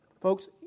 Folks